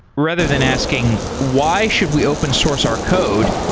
rather than asking why should we open source our code,